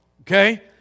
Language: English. okay